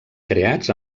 creats